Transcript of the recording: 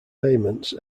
payments